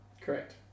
Correct